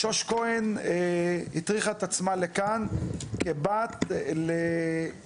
שוש כהן הטריחה את עצמה לכאן כבת לאישה